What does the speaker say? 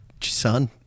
son